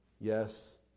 yes